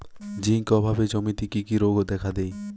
Zinc অভাবে জমিতে কি কি রোগ দেখাদেয়?